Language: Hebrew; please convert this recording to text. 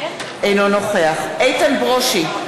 אינו נוכח איתן ברושי,